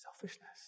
selfishness